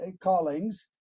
callings